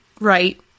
right